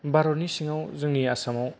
भारतनि सिंआव जोंनि आसामाव